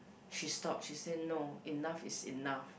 she stops she say no enough is enough